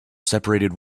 separated